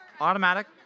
Automatic